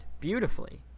beautifully